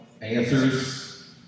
answers